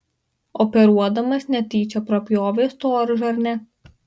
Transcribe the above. operuodamas netyčia prapjovė storžarnę